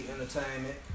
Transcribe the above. Entertainment